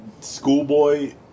schoolboy